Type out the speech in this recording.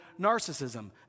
narcissism